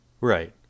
Right